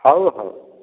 ହେଉ ହେଉ